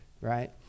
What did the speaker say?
right